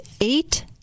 eight